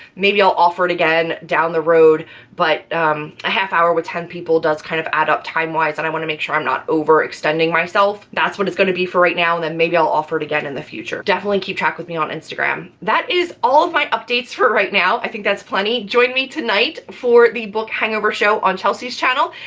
maybe i'll offer it again down the road but a half hour with ten people does kind of add up timewise, and i want to make sure i'm not overextending myself. that's what it's going to be for right now and then maybe i'll offer it again in the future. definitely keep track with me on instagram. that is all of my updates for right now. i think that's plenty. join me tonight for the book hangover show on chelsea's channel,